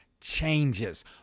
changes